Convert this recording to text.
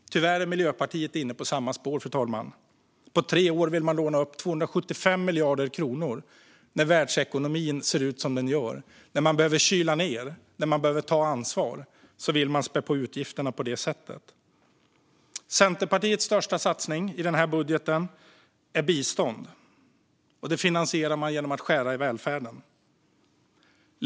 Tyvärr är Miljöpartiet inne på samma spår, fru talman. På tre år vill man låna upp 275 miljarder kronor när världsekonomin ser ut som den gör. När man behöver kyla ned och ta ansvar vill de spä på utgifterna på detta sätt. Centerpartiets största satsning i budgeten är bistånd, och det finansierar man genom att skära i välfärden.